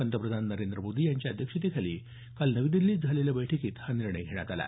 पंतप्रधान नरेंद्र मोदी यांच्या अध्यक्षतेखाली काल नवी दिल्लीत झालेल्या बैठकीत हा निर्णय घेण्यात आला